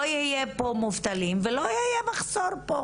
פה לא יהיו מובטלים ופה לא יהיה מחסור.